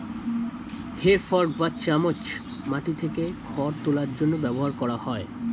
হে fork বা চামচ মাটি থেকে খড় তোলার জন্য ব্যবহার করা হয়